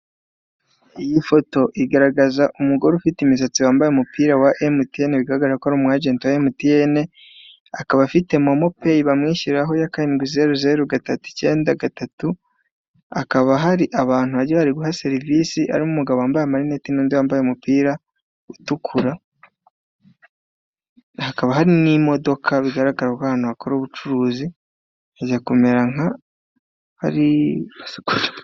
Iyi foto igaragaza umugore ufite imisatsi, wambaye umupira wa MTN, bigaragara ko ari umu ajenti wa MTN, akaba afite momo pay bamwishyuriraho ya karindwi zeru zeru gatatu icyenda gatatu, hakaba hari abantu agiye ari guha serivisi, harimo umugabo wambaye amarinete, n'undi wambaye umupira utukura, hakaba hari n'imodoka bigaragara ko ari ahantu bakorera ubucuruzi, hajya kumera nk'ahari.